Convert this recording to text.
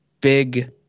big